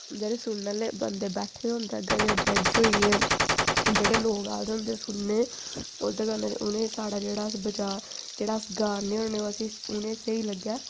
जेह्ड़े सुनने आह्ले बंदे बैठे दे होंदे उं'दै अग्गै जेह्ड़े जॅज होइये जोह्ड़े लोग आए दे होंदे सुनने ओह्दे कन्नै उ'नें साढ़ा जेह्ड़े अस बज़ा जेह्ड़ा अस गा ने होन्ने उनेंई स्हेई लग्गै